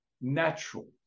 natural